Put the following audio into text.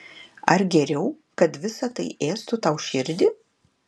ar geriau kad visa tai ėstų tau širdį